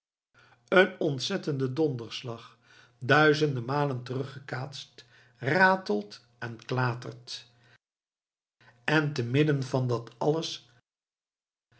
een ontzettende donderslag duizenden malen terug gekaatst ratelt en klatert en te midden van dat alles